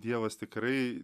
dievas tikrai